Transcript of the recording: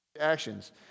actions